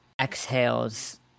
exhales